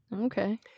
Okay